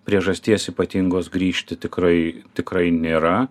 priežasties ypatingos grįžti tikrai tikrai nėra